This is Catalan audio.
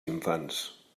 infants